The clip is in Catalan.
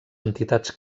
entitats